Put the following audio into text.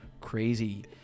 crazy